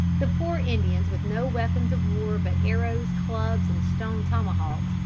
the poor indians with no weapons of war but arrows, clubs and stone tomahawks,